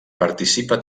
participa